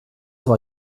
war